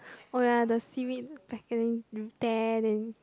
oh ya the seaweed packaging you tear then